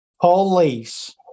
police